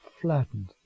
flattened